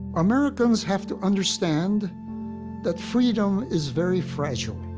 americans have to understand that freedom is very fragile.